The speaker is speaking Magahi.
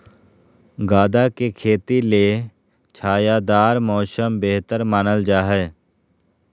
गदा के खेती ले छायादार मौसम बेहतर मानल जा हय